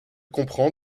comprend